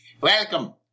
Welcome